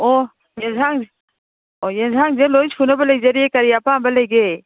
ꯑꯣ ꯌꯦꯟꯁꯥꯡ ꯑꯣ ꯌꯦꯟꯁꯥꯡꯁꯦ ꯂꯣꯏ ꯁꯨꯅꯕ ꯂꯩꯖꯔꯤꯌꯦ ꯀꯔꯤ ꯑꯄꯥꯝꯕ ꯂꯩꯒꯦ